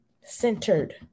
centered